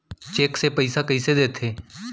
Cheque से पइसा कइसे देथे?